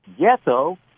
ghetto